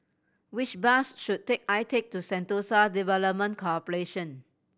which bus should take I take to Sentosa Development Corporation